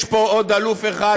יש פה עוד אלוף אחד,